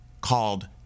called